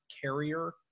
carrier